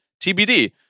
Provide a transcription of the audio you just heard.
TBD